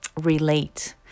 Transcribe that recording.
relate